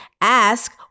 ask